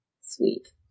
Sweet